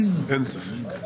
אין ספק.